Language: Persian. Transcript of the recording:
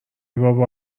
بابا